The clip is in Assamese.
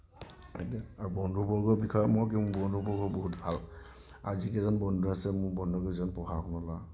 আৰু বন্ধুবৰ্গৰ বিষয়ে মোৰ বন্ধুবৰ্গ বহুত ভাল আৰু যিকেইজন বন্ধু আছে মোৰ বন্ধুকেইজন পঢ়া শুনা কৰা